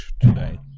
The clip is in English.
today